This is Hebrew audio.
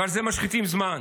ועל זה משחיתים זמן.